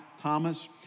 Thomas